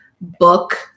book